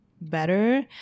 better